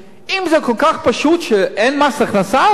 אם זה כל כך פשוט שאין מס הכנסה על זה,